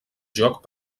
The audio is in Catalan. joc